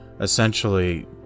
essentially